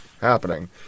happening